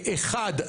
אחד,